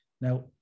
Now